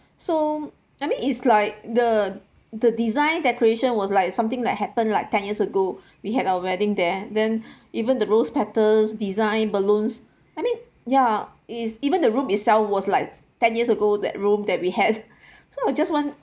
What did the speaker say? so I mean it's like the the design decoration was like something like happened like ten years ago we had our wedding there then even the rose petals design balloons I mean ya it's even the room itself was like ten years ago that room that we had so I just want